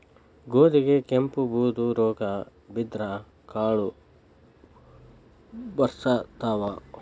ಗೋಧಿಗೆ ಕೆಂಪು, ಬೂದು ರೋಗಾ ಬಿದ್ದ್ರ ಕಾಳು ಬರ್ಸತಾವ